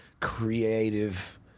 creative